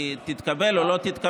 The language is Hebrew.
אם היא תתקבל או לא תתקבל,